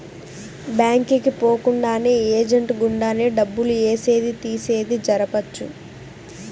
bank కి పోకుండానే agent గుండానే డబ్బులు ఏసేది తీసేది జరపొచ్చు